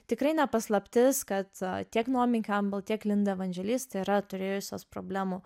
tikrai ne paslaptis kad tiek naomi cambel tiek linda vandželist yra turėjusios problemų